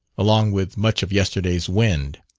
along with much of yesterday's wind.